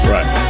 Right